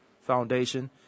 Foundation